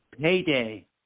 Payday